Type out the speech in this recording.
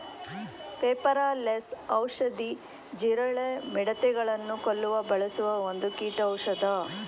ಪೆಪಾರ ಲೆಸ್ ಔಷಧಿ, ಜೀರಳ, ಮಿಡತೆ ಗಳನ್ನು ಕೊಲ್ಲು ಬಳಸುವ ಒಂದು ಕೀಟೌಷದ